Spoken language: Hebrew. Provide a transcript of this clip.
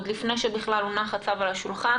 עוד לפני שבכלל הונח הצו על השולחן